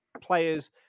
players